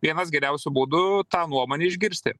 vienas geriausių būdų tą nuomonę išgirsti